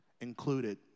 included